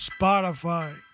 Spotify